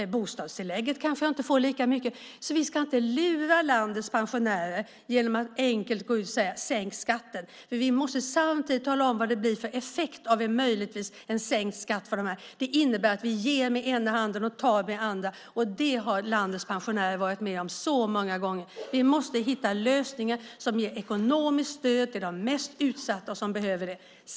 Jag kanske inte får lika mycket i bostadstillägg. Man ska inte lura landets pensionärer genom att enkelt gå ut och säga: Sänk skatten! Vi måste samtidigt tala om vad det blir för effekt av en sänkt skatt. Det innebär att vi ger med ena handen och tar med den andra. Det har landets pensionärer varit med om så många gånger. Vi måste hitta lösningar som ger ekonomiskt stöd till de mest utsatta som behöver det.